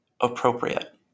appropriate